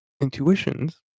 Intuitions